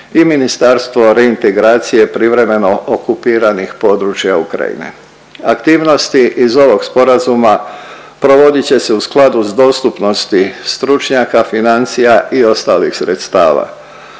i Ministarstvo reintegracije privremeno okupiranih područja Ukrajine. Aktivnosti iz ovog sporazuma provodit će se u skladu s dostupnosti stručnjaka, financija i ostalih sredstava.